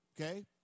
Okay